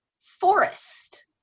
forest